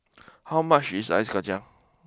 how much is Ice Kacang